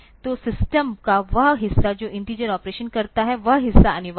तो सिस्टम का वह हिस्सा जो इन्टिजर ऑपरेशन करता है वह हिस्सा अनिवार्य हो